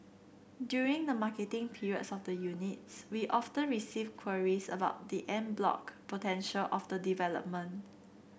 during the marketing period of the units we often receive queries about the en bloc potential of the development